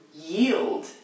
yield